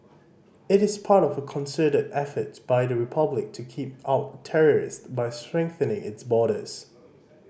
it is part of a concerted efforts by the Republic to keep out terrorist by strengthening its borders